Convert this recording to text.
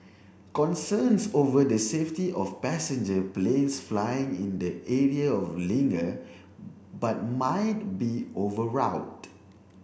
concerns over the safety of passenger planes flying in the area of linger but might be overwrought